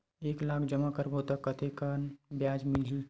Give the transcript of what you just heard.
एक लाख जमा करबो त कतेकन ब्याज मिलही?